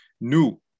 new